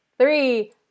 three